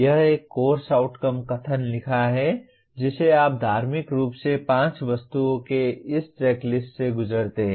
यह एक course outcome कथन लिखा है जिसे आप धार्मिक रूप से 5 वस्तुओं के इस चेकलिस्ट से गुजरते हैं